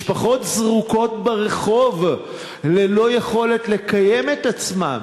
משפחות זרוקות ברחוב ללא יכולת לקיים את עצמן.